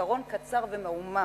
בזיכרון קצר ומעומעם,